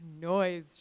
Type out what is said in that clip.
noise